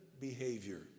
behavior